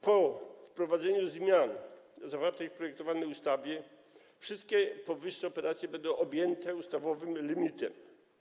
Po wprowadzeniu zmian zawartych w projektowanej ustawie wszystkie powyższe operacje będą objęte ustawowym limitem.